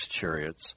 chariots